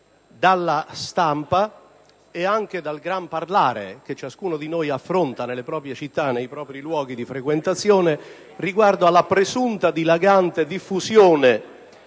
nella stampa e anche nel gran parlare che ciascuno di noi affronta nelle proprie città e nei propri luoghi di frequentazione riguardo alla presunta dilagante diffusione